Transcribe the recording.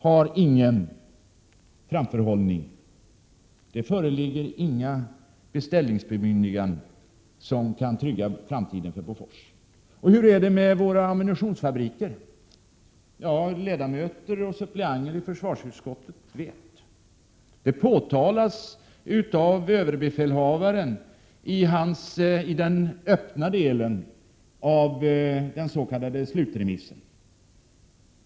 Det krävs framförhållning. Men regeringen ger inga beställningsbemyndiganden som kan trygga framtiden för Bofors och Karlskronavarvet. Och hur är det med våra ammunitionsfabriker? Ledamöter och suppleanteriförsvarsutskottet vet. Det påtalas av överbefälhavaren i den öppna delen av den s.k. slutremissen.